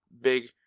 big